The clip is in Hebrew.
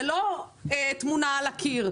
זה לא תמונה על הקיר.